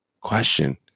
question